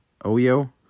Oyo